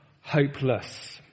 hopeless